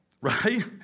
Right